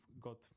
got